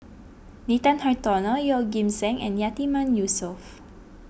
Nathan Hartono Yeoh Ghim Seng and Yatiman Yusof